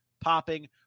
popping